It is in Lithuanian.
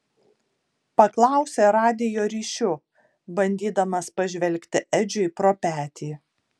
paklausė radijo ryšiu bandydamas pažvelgti edžiui pro petį